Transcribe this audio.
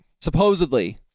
Supposedly